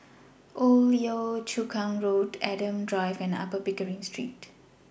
Old Yio Chu Kang Road Adam Drive and Upper Pickering Street